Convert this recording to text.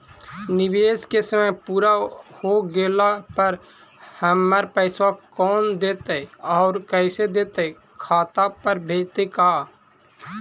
निवेश के समय पुरा हो गेला पर हमर पैसबा कोन देतै और कैसे देतै खाता पर भेजतै का?